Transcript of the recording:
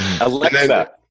Alexa